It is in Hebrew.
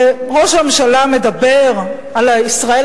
ראש הממשלה מדבר על ישראל,